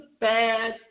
bad